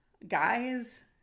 Guys